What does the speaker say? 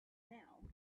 now